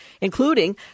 including